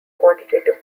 quantitative